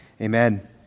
Amen